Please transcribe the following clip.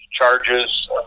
Charges